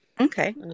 Okay